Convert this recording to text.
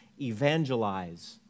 evangelize